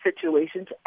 situations